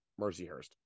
Mercyhurst